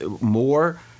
more